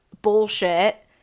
bullshit